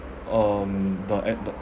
um the ad~ the